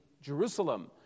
Jerusalem